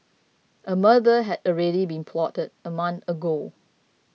a murder had already been plotted a month ago